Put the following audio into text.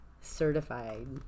certified